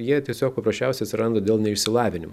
jie tiesiog paprasčiausiai atsiranda dėl neišsilavinimo